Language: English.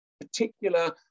particular